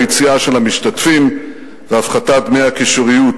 היציאה של המשתתפים והפחתת דמי הקישוריות,